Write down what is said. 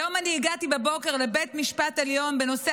היום בבוקר הגעתי לבית משפט עליון בנושא